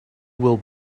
will